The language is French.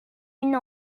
une